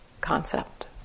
concept